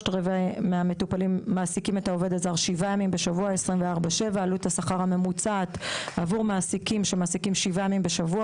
0.75 מהמטופלים מעסיקים את העובד הזר שבעה ימים בשבוע 24/7. עלות השכר הממוצעת עבור מעסיקים שמעסיקים שבעה ימים בשבוע,